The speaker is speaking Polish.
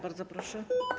Bardzo proszę.